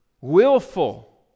willful